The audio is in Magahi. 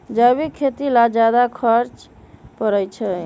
जैविक खेती ला ज्यादा खर्च पड़छई?